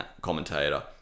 commentator